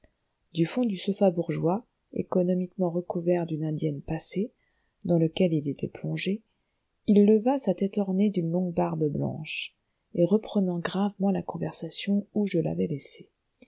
du fond du sofa bourgeois économiquement recouvert d'une indienne passée dans lequel il était plongé il leva sa tête ornée d'une longue barbe blanche et reprenant gravement la conversation ou je l'avais laissée